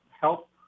help